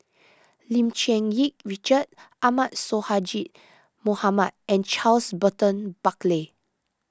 Lim Cherng Yih Richard Ahmad Sonhadji Mohamad and Charles Burton Buckley